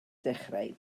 dechrau